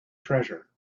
treasure